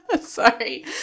Sorry